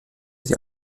sie